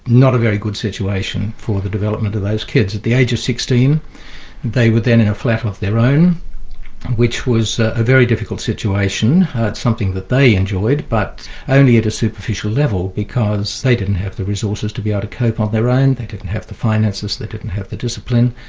not a very good situation for the development of those kids. at the age of sixteen they were then in a flat of their own which was a very difficult situation. it's something that they enjoyed, but only at a superficial level, because they didn't have the resources to be able ah to cope on their own, they didn't have the finances, they didn't have the discipline,